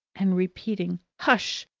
and repeating hush!